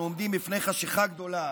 אנחנו עומדים בפני חשכה גדולה.